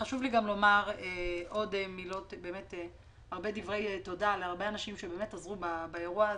חשוב לי לומר הרבה דברי תודה להרבה אנשים שעזרו באירוע הזה.